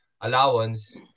allowance